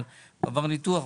אבל הוא עבר ניתוח.